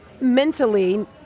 mentally